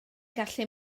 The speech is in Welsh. gallu